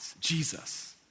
Jesus